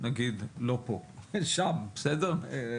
נגיד לא פה, שם באירופה.